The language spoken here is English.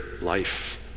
life